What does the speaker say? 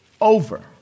over